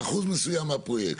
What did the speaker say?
אחוז מסוים מהפרויקט.